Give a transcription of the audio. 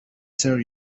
sierra